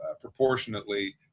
proportionately